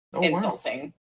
insulting